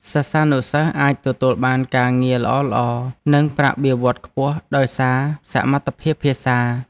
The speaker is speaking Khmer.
សិស្សានុសិស្សអាចទទួលបានការងារល្អៗនិងប្រាក់បៀវត្សរ៍ខ្ពស់ដោយសារសមត្ថភាពភាសា។